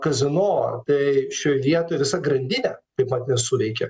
kazino tai šioj vietoj visa grandinė taip pat nesuveikė